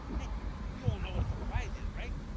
hey you all know what a surprise is right?